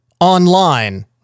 Online